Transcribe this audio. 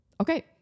Okay